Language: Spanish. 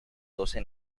doce